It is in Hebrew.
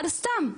על סתם.